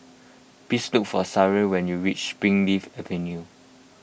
please look for Sharla when you reach Springleaf Avenue